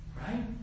right